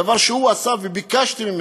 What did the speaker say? דבר שהוא עשה, וביקשתי ממנו,